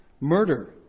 murder